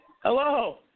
Hello